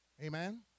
Amen